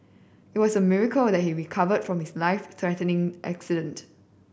it was miracle that he recovered from his life threatening accident